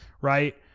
right